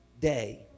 day